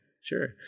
sure